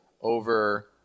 over